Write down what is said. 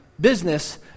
business